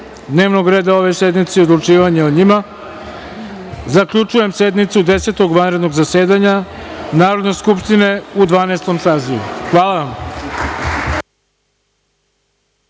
dnevnog reda ove sednice i odlučivanje o njima, zaključujem sednicu Desetog vanrednog zasedanja Narodne skupštine u Dvanaestom sazivu. Hvala vam.